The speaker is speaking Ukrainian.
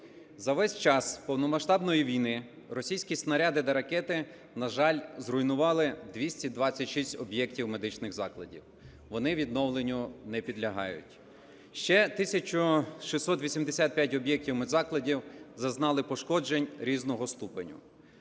За весь час повномасштабної війни російські снаряди та ракети, на жаль, зруйнували 226 об'єктів медичних закладів. Вони відновленню не підлягають. Ще 1685 об'єктів медзакладів зазнали пошкоджень різного ступеня.